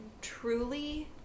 truly